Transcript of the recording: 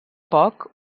poc